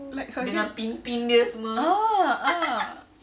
like her head ah ah